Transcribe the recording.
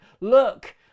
look